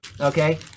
okay